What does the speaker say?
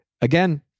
Again